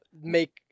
make